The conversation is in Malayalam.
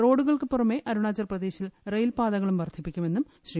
റ്റോഡ്ട്കൾക്കു പുറമെ അരുണാചൽ പ്രദേശിൽ റെയിൽ പാതിക്കും വർദ്ധിപ്പിക്കുമെന്ന് ശ്രീ